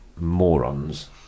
morons